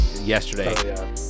yesterday